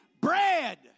bread